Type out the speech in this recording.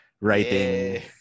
writing